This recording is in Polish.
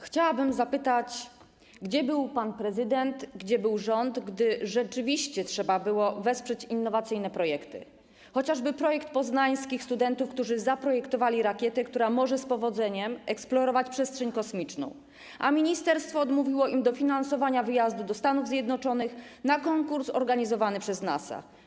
Chciałabym zapytać, gdzie był pan prezydent, gdzie był rząd, gdy rzeczywiście trzeba było wesprzeć innowacyjne projekty - chociażby projekt poznańskich studentów, którzy zaprojektowali rakietę, która może z powodzeniem eksplorować przestrzeń kosmiczną, a ministerstwo odmówiło im dofinansowania wyjazdu do Stanów Zjednoczonych na konkurs organizowany przez NASA.